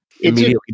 immediately